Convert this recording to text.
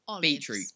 Beetroot